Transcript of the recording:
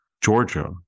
Georgia